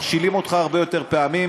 מכשילים אותך הרבה יותר פעמים,